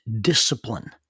Discipline